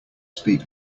speak